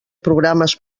programes